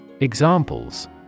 Examples